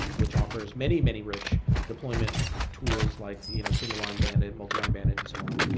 which offers many, many rich deployment tools, like you know single-arm band and multi-arm band and so on,